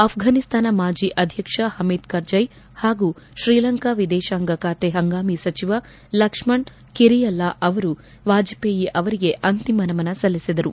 ಆಫ್ರಾನಿಸ್ತಾನ ಮಾಜಿ ಆಧ್ಯಕ್ಷ ಪಮೀದ್ ಕರ್ಜ್ಯೆ ಹಾಗೂ ಶ್ರೀಲಂಕಾ ವಿದೇಶಾಂಗ ಖಾತೆ ಪಂಗಾಮಿ ಸಚಿವ ಲಕ್ಷ್ಮಣ್ ಕಿರಿಯಲ್ಲಾ ಅವರು ವಾಜಪೇಯಿ ಅವರಿಗೆ ಅಂತಿಮ ನಮನ ಸಲ್ಲಿಸಿದರು